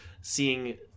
seeing